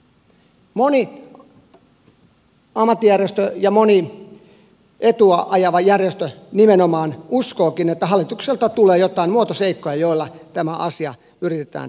moni ammattijärjestö ja moni etua ajava järjestö nimenomaan uskookin että hallitukselta tulee joitain muotoseikkoja joilla tämä asia yritetään paikata